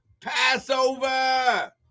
Passover